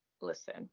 listen